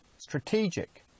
strategic